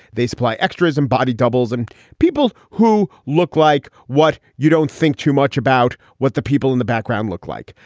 they supply extras and body doubles. and people who look like what you don't think too much about what the people in the background look like.